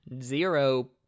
zero